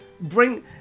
bring